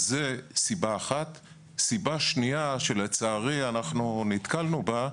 סיבה שנייה שלצערי אנחנו נתקלנו בה,